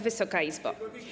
Wysoka Izbo!